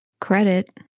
credit